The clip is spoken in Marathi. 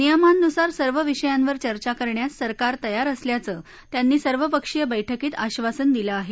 नियमांनुसार सर्व विषयांवर चर्चा करण्यास सरकार तयार असल्याचं त्यांनी सर्वपक्षीय बैठकीत आक्षासन दिलं आहे